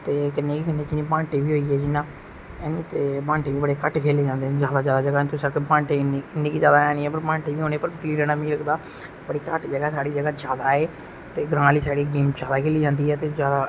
ते कन्नै गै कन्नै ब्हांटे बी होई गे जियां ब्हांटे बी बडे़ घट्ट खेले जंदे ना ज्यादा तुस इयै आक्खी सकदे ओ कि ब्हांटे बी इनेने ज्यादा है नी ग्रां आहली साइड एह् गेम ज्यादा खेली जंदी ऐ ते